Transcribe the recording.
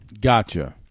Gotcha